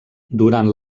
durant